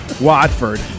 Watford